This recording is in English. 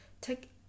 take